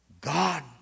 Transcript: God